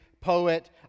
poet